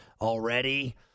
already